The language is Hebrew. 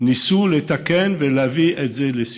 ניסו לתקן ולהביא את זה לסיום.